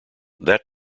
that